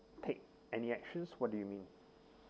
take any actions what do you mean